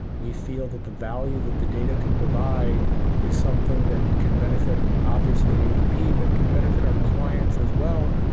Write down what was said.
we feel that the value that the data can provide is something that can benefit obviously adp, but can benefit our clients as well.